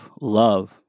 love